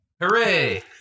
Hooray